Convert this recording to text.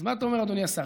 אז מה אתה אומר, אדוני השר?